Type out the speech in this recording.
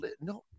No